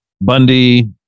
Bundy